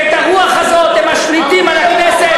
ואת הרוח הזאת הם משליטים על הכנסת,